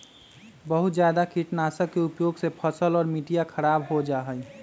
बहुत जादा कीटनाशक के उपयोग से फसल और मटिया खराब हो जाहई